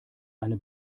eine